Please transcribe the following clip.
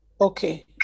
Okay